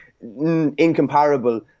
incomparable